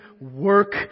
work